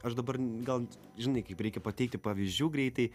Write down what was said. aš dabar gal žinai kaip reikia pateikti pavyzdžių greitai